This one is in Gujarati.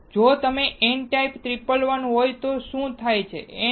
તેથી જો ત્યાં n ટાઇપ 111 હોય તો શું થાય છે